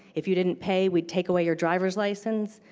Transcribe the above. if you didn't pay, we'd take away your driver's license.